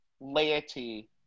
laity